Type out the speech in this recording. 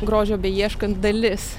grožio beieškant dalis